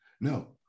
no